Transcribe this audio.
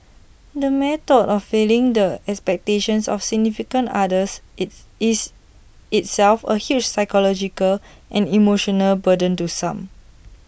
the mere thought of failing the expectations of significant others is is itself A huge psychological and emotional burden to some